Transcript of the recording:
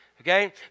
Okay